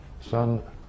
son